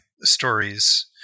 stories